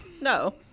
No